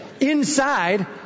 Inside